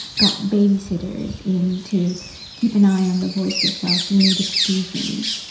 got babysitters in to keep an eye on the voices while she needed to do things.